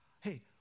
Hey